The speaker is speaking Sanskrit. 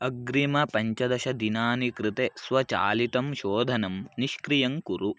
अग्रिमपञ्चदशदिनानां कृते स्वचालितं शोधनं निष्क्रियं कुरु